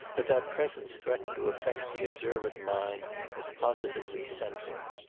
but that presence threatened to affect the observant mind as positively central.